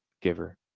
giver